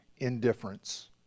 indifference